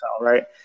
right